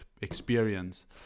experience